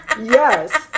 Yes